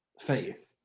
faith